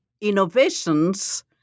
innovations